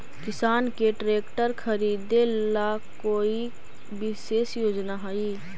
किसान के ट्रैक्टर खरीदे ला कोई विशेष योजना हई?